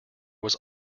was